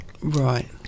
Right